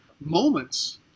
moments